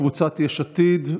של קבוצת יש עתיד,